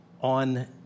on